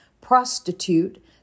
prostitute